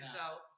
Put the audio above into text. out